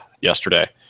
yesterday